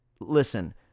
listen